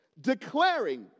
declaring